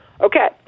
Okay